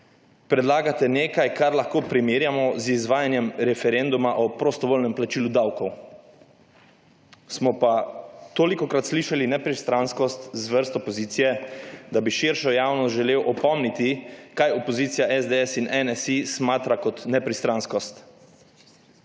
Predlagate nekaj, kar lahko primerjamo z izvajanjem referenduma o prostovoljnem plačilu davkov. Smo pa tolikokrat slišali nepristranskost z vrst opozicije, da bi širšo javnost želel opomniti, kaj opozicija SDS in NSi smatra kot nepristranskost.